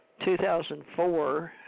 2004